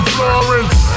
Florence